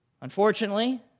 Unfortunately